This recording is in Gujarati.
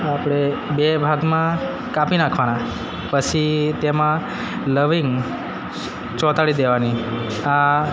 આપડે બે ભાગમાં કાપી નાખવાના પછી તેમાં લવિંગ ચોંટાડી દેવાની આ